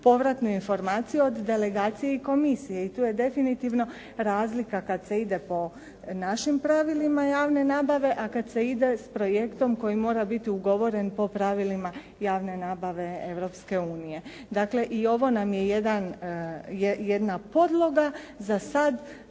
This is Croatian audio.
povratnu informaciju od delegacije i Komisije i tu je definitivno razlika kad se ide po našim pravilima javne nabave, a kad se ide s projektom koji mora biti ugovoren po pravilima javne nabave Europske unije. Dakle i ovo nam je jedna podloga za sad